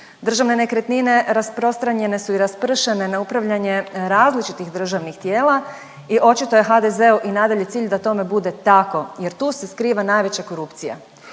Državne nekretnine rasprostranjene su i raspršene na upravljanje različitih državnih tijela i očito je HDZ-u i nadalje cilj da tome bude tako jer tu se skriva najveća korupcija.